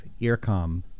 Earcom